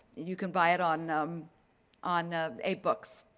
you can buy it on um on a books.